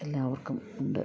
എല്ലാവർക്കും ഉണ്ട്